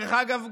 דרך אגב,